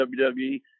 WWE